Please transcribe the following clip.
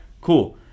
Cool